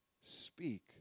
Speak